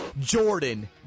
Jordan